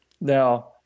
Now